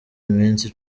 iminsi